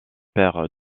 père